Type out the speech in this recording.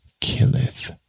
killeth